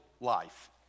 life